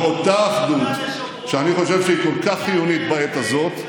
לאותה אחדות שאני חושב שהיא כל כך חיונית בעת הזאת,